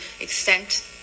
extent